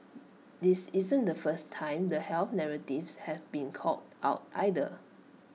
this isn't the first time the health narratives have been called out either